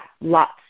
lots